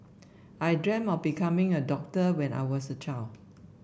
I dream of becoming a doctor when I was a child